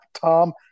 Tom